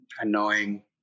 Annoying